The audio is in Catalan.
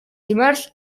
dimarts